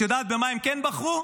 את יודעת במה הן כן בחרו?